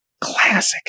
Classic